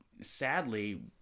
Sadly